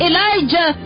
Elijah